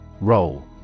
Roll